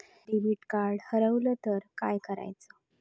Debit card हरवल तर काय करायच?